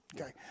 Okay